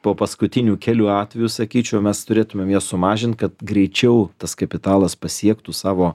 po paskutinių kelių atvejų sakyčiau mes turėtumėm jas sumažint kad greičiau tas kapitalas pasiektų savo